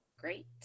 Great